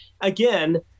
again